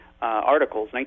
articles